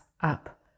up